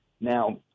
Now